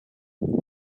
loin